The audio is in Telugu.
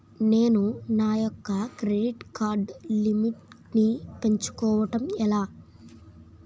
నేను నా యెక్క క్రెడిట్ కార్డ్ లిమిట్ నీ పెంచుకోవడం ఎలా?